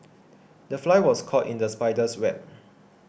the fly was caught in the spider's web